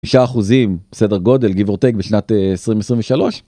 9% סדר גודל Give or take בשנת 2023.